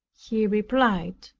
he replied,